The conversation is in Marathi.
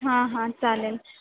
हां हां चालेल